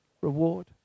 reward